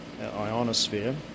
ionosphere